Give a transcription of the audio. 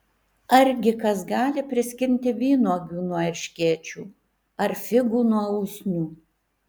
argi kas gali priskinti vynuogių nuo erškėčių ar figų nuo usnių